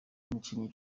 umukinnyi